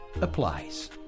applies